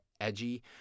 edgy